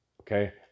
Okay